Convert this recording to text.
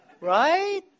Right